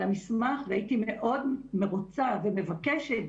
על המסמך והייתי מאוד רוצה ומבקשת,